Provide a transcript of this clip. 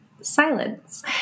silence